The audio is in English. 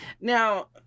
Now